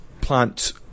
plant